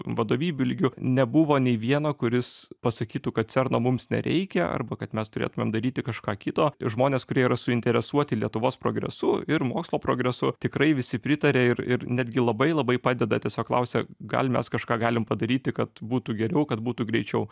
vadovybių lygiu nebuvo nei vieno kuris pasakytų kad cerno mums nereikia arba kad mes turėtumėm daryti kažką kito žmonės kurie yra suinteresuoti lietuvos progresu ir mokslo progresu tikrai visi pritaria ir ir netgi labai labai padeda tiesiog klausia gal mes kažką galim padaryti kad būtų geriau kad būtų greičiau